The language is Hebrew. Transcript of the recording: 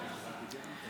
(אחרי כן אפ)